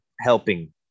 helping